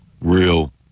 real